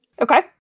Okay